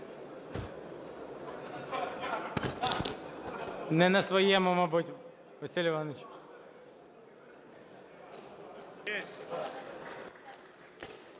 Не на своєму, мабуть, Василь Іванович.